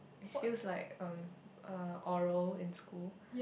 this feels like um uh oral in school